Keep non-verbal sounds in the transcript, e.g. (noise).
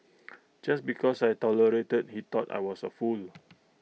(noise) just because I tolerated he thought I was A fool